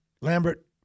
Lambert